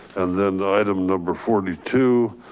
and then item number forty two.